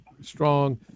strong